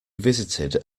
visited